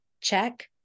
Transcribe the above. check